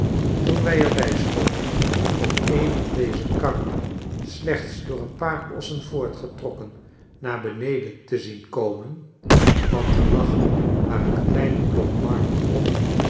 toen wij er bij stonden ora eene dezer karren slechts door een paar ossen voortgetrokken naar beneden te zien komen want er lag maar een klein blok marmer op